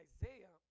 Isaiah